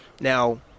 Now